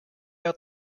out